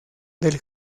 del